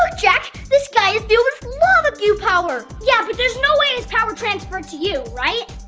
ah jack, this guy is fueled with lava goo power! yeah, but there's no way his power transferred to you, right?